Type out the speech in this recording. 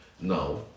now